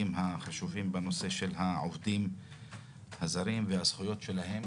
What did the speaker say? החשובים בנושא של העובדים הזרים והזכויות שלהם.